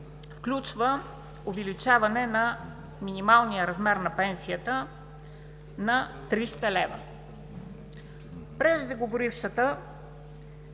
включва увеличаване на минималния размер на пенсията на 300 лв. Преждеговорившата